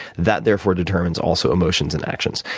that therefore determines also emotions and actions.